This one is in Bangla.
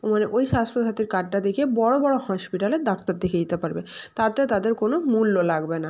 মানে ওই স্বাস্থ্যসাথীর কার্ডটা দেখিয়ে বড় বড় হসপিটালের ডাক্তার দেখিয়ে দিতে পারবে তাতে তাদের কোনো মূল্য লাগবে না